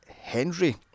henry